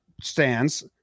stands